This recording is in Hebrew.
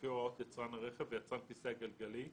לפי הוראות יצרן הרכב ויצרן כיסא הגלגלים,